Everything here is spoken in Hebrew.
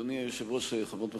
אדוני היושב-ראש, חברי הכנסת,